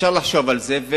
אפשר לחשוב על זה,